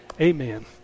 Amen